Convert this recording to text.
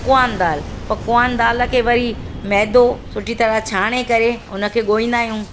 पकवानु दालि पकवानु दालि खे वरी मैदो सुठी तरह छाणे करे हुन खे ॻोहींदा आहियूं